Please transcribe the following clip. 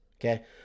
okay